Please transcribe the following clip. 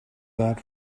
that